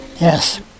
yes